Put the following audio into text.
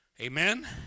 Amen